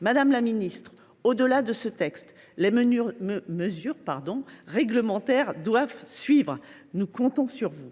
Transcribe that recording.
Madame la ministre, au delà de ce texte, les mesures réglementaires doivent suivre ; nous comptons sur vous